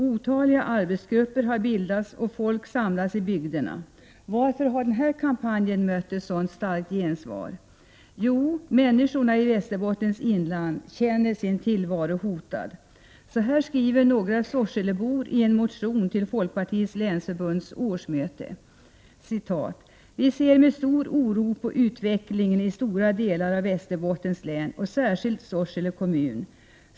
Otaliga arbetsgrupper har bildats och folk samlas i bygderna. Varför har denna kampanj mött ett sådant starkt gensvar? Jo, människorna i Västerbottens inland känner sin tillvaro hotad. Så här skriver några sorselebor i en motion till folkpartiets länsförbunds årsmöte: ”Vi ser med stor oro på utvecklingen i stora delar av Västerbottens län och särskilt Sorsele kommun.